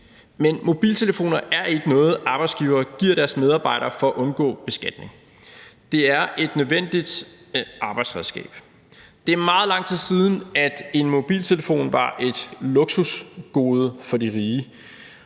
Men mobiltelefoner er ikke noget, arbejdsgivere giver deres medarbejdere for at undgå beskatning. Det er et nødvendigt arbejdsredskab. Det er meget lang tid siden, at en mobiltelefon var et luksusgode for de rige,